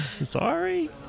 Sorry